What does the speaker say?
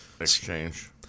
Exchange